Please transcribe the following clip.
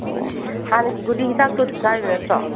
ꯑꯣ ꯑꯣ ꯍꯥꯟꯅꯒꯤ ꯒꯨꯂꯤ ꯍꯤꯗꯥꯛꯇꯣ ꯑꯗꯨꯝ ꯆꯥꯔꯤꯕ ꯅꯠꯇ꯭ꯔꯣ